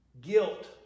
Guilt